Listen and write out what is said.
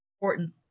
important